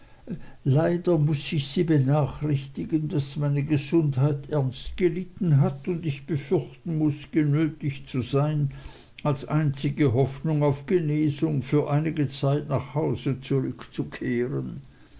leider muß ich sie benachrichtigen daß meine gesundheit ernst gelitten hat und ich befürchten muß genötigt zu sein als einzige hoffnung auf genesung für einige zeit nach hause zurückzukehren